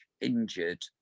injured